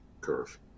curve